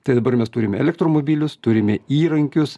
tai dabar mes turime elektromobilius turime įrankius